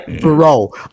Bro